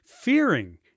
fearing